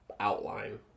outline